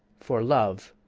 for love,